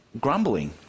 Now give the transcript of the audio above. grumbling